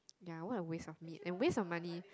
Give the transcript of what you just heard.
ya what a waste of meat and waste of money